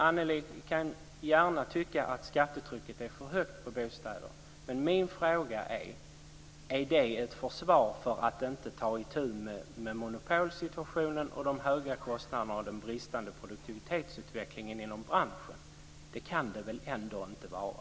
Annelie Enochson kan gärna tycka att skattetrycket är för högt på bostäder, men min fråga är: Är det ett försvar för att inte ta itu med monopolsituationen, de höga kostnaderna och den bristande produktivitetsutvecklingen inom branschen? Det kan det väl ändå inte vara.